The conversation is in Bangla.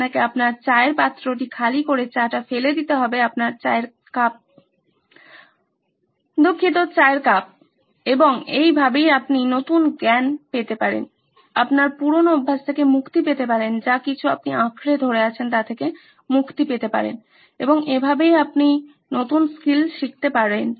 আপনাকে আপনার চায়ের পাত্রটি খালি করে চা টা ফেলে দিতে হবে আপনার চায়ের কাপ দুঃখিত চায়ের কাপ এবং এইভাবেই আপনি নতুন জ্ঞান পেতে পারেন আপনার পুরানো অভ্যাস থেকে মুক্তি পেতে পারেন যা কিছু আপনি আঁকড়ে ধরে আছেন তা থেকে মুক্তি পেতে পারেন এবং এভাবেই আপনি নতুন স্কিল শিখতে পারেন